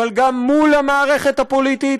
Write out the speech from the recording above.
אבל גם מול המערכת הפוליטית,